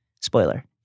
spoiler